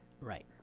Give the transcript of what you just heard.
Right